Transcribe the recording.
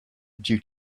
due